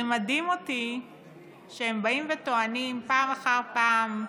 זה מדהים אותי שהם באים וטוענים פעם אחר פעם,